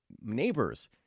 neighbors